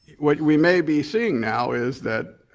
what we may be seeing now is that